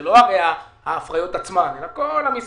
זה הרי לא ההפריות עצמן אלא כל המסביב